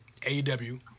AEW